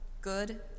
good